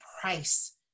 price